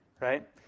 right